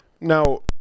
Now